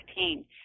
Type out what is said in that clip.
2015